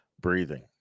breathing